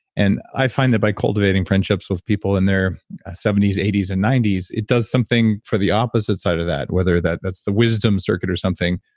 and i find that by cultivating friendships with people in their seventies, eighties and nineties, it does something for the opposite side of that whether that's the wisdom circuit or something.